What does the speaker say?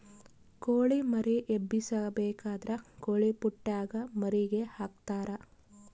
ಕೊಳಿ ಮರಿ ಎಬ್ಬಿಸಬೇಕಾದ್ರ ಕೊಳಿಪುಟ್ಟೆಗ ಮರಿಗೆ ಹಾಕ್ತರಾ